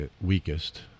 weakest